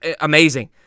amazing